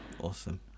Awesome